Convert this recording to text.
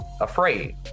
afraid